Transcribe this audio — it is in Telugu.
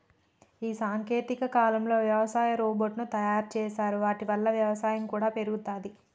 ఈ సాంకేతిక కాలంలో వ్యవసాయ రోబోట్ ను తయారు చేశారు వాటి వల్ల వ్యవసాయం కూడా పెరుగుతది